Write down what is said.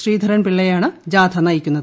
ശ്രീധരൻപിള്ളയാണ് ജാഥ നയിക്കുന്നത്